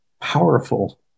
powerful